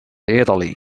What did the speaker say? italy